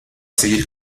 seguir